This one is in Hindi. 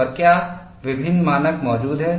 और क्या विभिन्न मानक मौजूद हैं